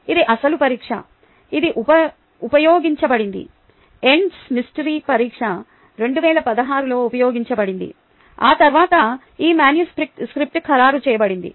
ఇది అసలు పరీక్ష ఇది ఉపయోగించబడింది ఎండ్ సెమిస్టర్ పరీక్ష 2016 లో ఉపయోగించబడింది ఆ తర్వాత ఈ మాన్యుస్క్రిప్ట్ ఖరారు చేయబడింది